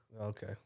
Okay